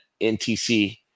NTC